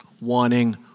wanting